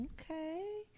Okay